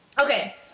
Okay